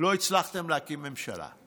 ולא הצלחתם להקים ממשלה,